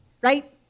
right